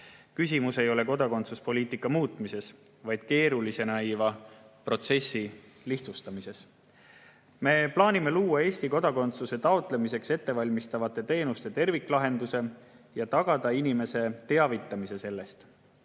Küsimus ei ole kodakondsuspoliitika muutmises, vaid keerulisena näiva protsessi lihtsustamises. Me plaanime luua Eesti kodakondsuse taotlemiseks ettevalmistavate teenuste terviklahenduse ja tagada inimeste teavitamise sellest.